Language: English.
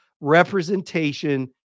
representation